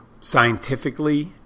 Scientifically